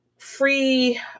free